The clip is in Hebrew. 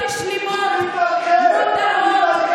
בגללך, בגללך, בגללכם.